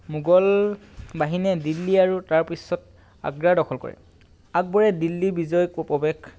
মোগল বাহিনীয়ে দিল্লী আৰু তাৰপিছত আগ্ৰা দখল কৰে আকবৰে দিল্লী বিজয় ক প্ৰৱেশ